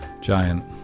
giant